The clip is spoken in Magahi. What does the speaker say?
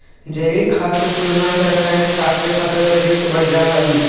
जैविक खाद के तुलना में रासायनिक खाद से फसल तेजी से बढ़ऽ हइ